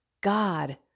God